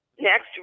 Next